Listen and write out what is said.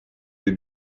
des